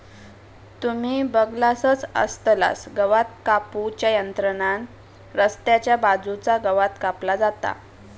तुम्ही बगलासच आसतलास गवात कापू च्या यंत्रान रस्त्याच्या बाजूचा गवात कापला जाता